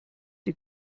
die